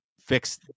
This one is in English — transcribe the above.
fix